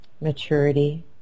Maturity